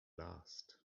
last